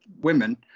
women